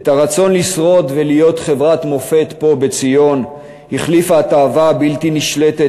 את הרצון לשרוד ולהיות חברת מופת פה בציון החליפה התאווה הבלתי נשלטת